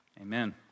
Amen